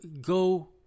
go